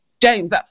James